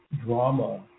drama